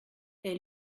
est